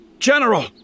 General